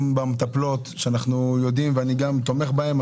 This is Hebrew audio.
המטפלות שאני תומך בהן.